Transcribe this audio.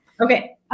Okay